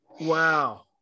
wow